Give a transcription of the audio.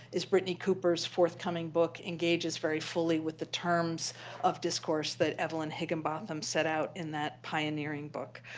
is brittney cooper's forthcoming book engages very fully with the terms of discourse that evelyn higginbotham set out in that pioneering book.